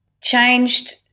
changed